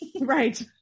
Right